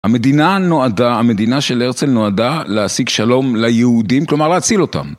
המדינה נועדה, המדינה של הרצל נועדה להשיג שלום ליהודים, כלומר להציל אותם.